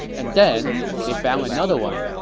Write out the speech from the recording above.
and then they found another one,